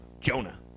Jonah